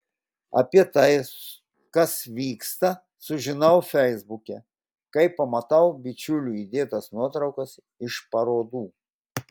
apie tai kas vyksta sužinau feisbuke kai pamatau bičiulių įdėtas nuotraukas iš parodų